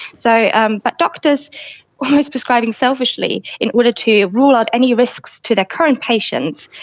so um but doctors are almost prescribing selfishly in order to rule out any risks to their current patients.